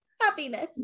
Happiness